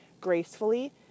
gracefully